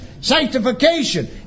sanctification